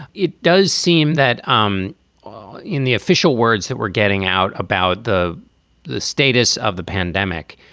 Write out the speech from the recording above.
it does seem that um in the official words that we're getting out about the the status of the pandemic.